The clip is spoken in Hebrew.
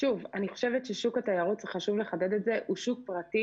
חשוב לחדד את זה, שוק התיירות הוא שוק פרטי